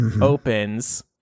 opens